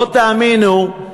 לא תאמינו,